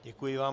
Děkuji vám.